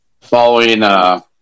following